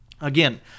Again